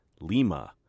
Lima